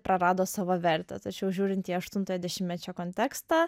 prarado savo vertę tačiau žiūrint į aštuntojo dešimtmečio kontekstą